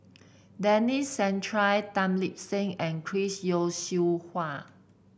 Denis Santry Tan Lip Seng and Chris Yeo Siew Hua